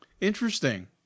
Interesting